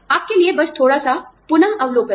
आपके लिए बस थोड़ा सा पुनः अवलोकन